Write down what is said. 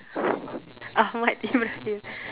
ahmad-ibrahim